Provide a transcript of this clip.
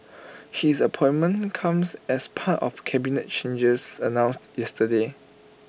his appointment comes as part of cabinet changes announced yesterday